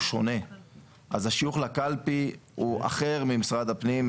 שונה אז השיוך לקלפי הוא אחר ממשרד הפנים,